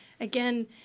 again